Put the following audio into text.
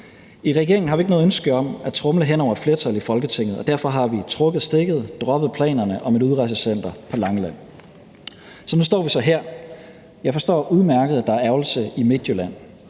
I regeringen har vi ikke noget ønske om at tromle hen over et flertal i Folketinget, og derfor har vi trukket stikket, droppet planerne om et udrejsecenter på Langeland. Så nu står vi så her. Jeg forstår udmærket, at der er ærgrelse i Midtjylland,